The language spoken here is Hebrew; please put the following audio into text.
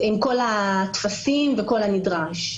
עם כל הטפסים וכל הנדרש.